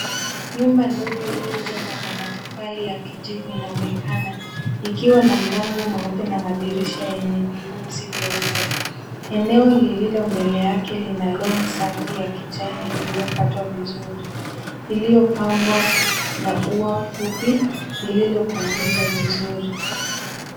Nyumba ndogo iliojengwa kwa matofali ya kijivu unaonekana ikiwa na mlango mweupe na madirisha enye vyeunzi eneo lililo mbele yake lina ya kijani iliokatwa vizuri, iliopambwa na ua fupi lililopunguswa vizuri.